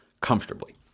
comfortably